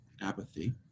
apathy